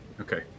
okay